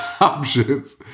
options